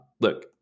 Look